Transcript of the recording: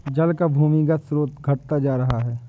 जल का भूमिगत स्रोत घटता जा रहा है